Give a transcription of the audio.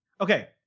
Okay